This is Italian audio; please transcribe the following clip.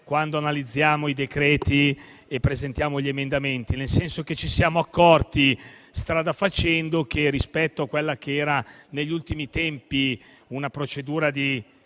quando analizziamo i decreti e presentiamo gli emendamenti, nel senso che ci siamo accorti strada facendo che, rispetto a quella che era negli ultimi tempi una procedura di